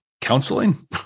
counseling